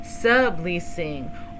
subleasing